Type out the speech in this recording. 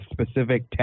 specific